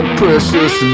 precious